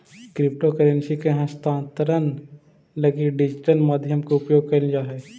crypto currency के हस्तांतरण लगी डिजिटल माध्यम के उपयोग कैल जा हइ